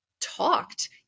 talked